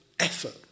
effort